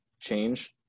change